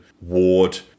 Ward